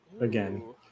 Again